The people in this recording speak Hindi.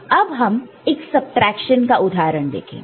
अब हम एक सबट्रैक्शन का उदाहरण देखेंगे